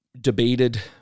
debated